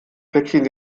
päckchen